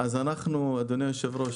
אדוני היושב-ראש,